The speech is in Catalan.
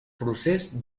procés